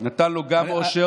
נתן לו גם עושר,